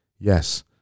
yes